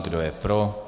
Kdo je pro.